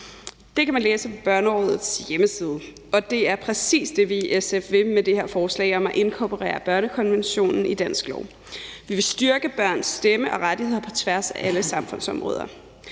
Det kan man læse på Børnerådets hjemmeside, og det er præcis det, vi i SF vil med det her forslag om at inkorporere børnekonventionen i dansk lov. Vi vil styrke børns stemme og rettigheder på tværs af alle samfundsområder.